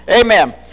Amen